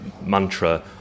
mantra